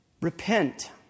Repent